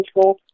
school